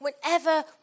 whenever